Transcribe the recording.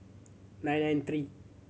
nine nine three